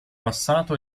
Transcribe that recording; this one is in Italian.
passato